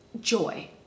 joy